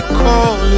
call